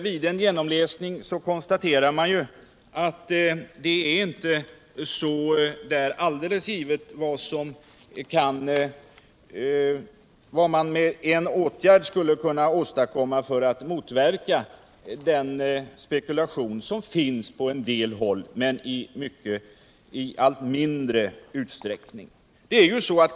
Vid en genomläsning kan man konstatera att det inte är alldeles givet vad man med en enda åtgärd skulle kunna åstadkomma för att motverka den spekulation som finns på en del håll, men som förekommer i allt mindre utsträckning.